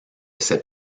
ces